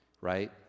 right